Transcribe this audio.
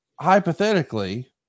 hypothetically